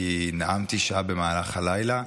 כי נאמתי שעה במהלך הלילה.